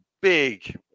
big